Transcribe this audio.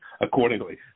accordingly